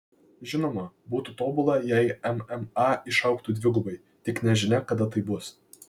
žinoma būtų tobula jei mma išaugtų dvigubai tik nežinia kada tai bus